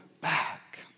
back